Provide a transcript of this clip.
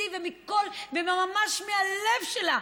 וממש מהלב שלה,